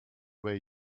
way